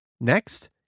Next